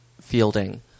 Fielding